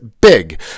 big